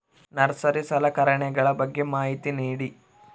Nursery ಸಲಕರಣೆಗಳ ಬಗ್ಗೆ ಮಾಹಿತಿ ನೇಡಿ?